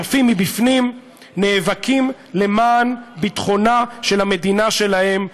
יפים מבפנים, נאבקים למען ביטחונה של המדינה שלהם,